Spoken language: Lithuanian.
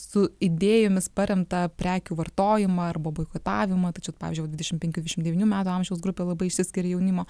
su idėjomis paremtą prekių vartojimą arba boikotavimą tačiau vat pavyzdžiui dvidešim penkių dvidešim devynių metų amžiaus grupė labai išsiskiria jaunimo